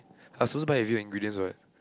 I was suppose buy with you ingredients what